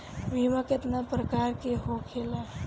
बीमा केतना प्रकार के होखे ला?